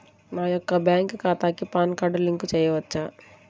నా యొక్క బ్యాంక్ ఖాతాకి పాన్ కార్డ్ లింక్ చేయవచ్చా?